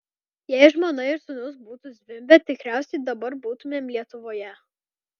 jei žmona ir sūnus būtų zvimbę tikriausiai dabar būtumėm lietuvoje